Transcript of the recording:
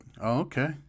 okay